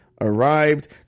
arrived